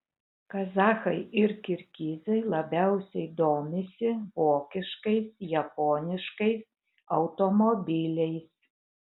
kazachai ir kirgizai labiausiai domisi vokiškais japoniškais automobiliais